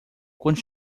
quando